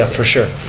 ah for sure.